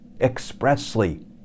expressly